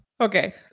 Okay